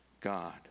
God